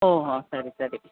ಹೊ ಹೊ ಸರಿ ಸರಿ